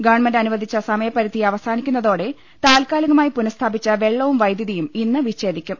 government അനുവദിച്ച സമയപരിധി അവസാനിക്കുന്നതോടെ താൽക്കാലികമായി പുനഃസ്ഥാപിച്ച വെള്ളവും വൈദ്യുതിയും ഇന്ന് വിച്ഛേദിക്കും